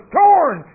torn